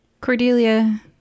Cordelia